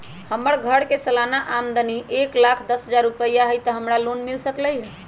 हमर घर के सालाना आमदनी एक लाख दस हजार रुपैया हाई त का हमरा लोन मिल सकलई ह?